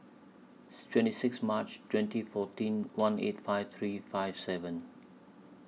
twenty six March twenty fourteen one eight five three five seven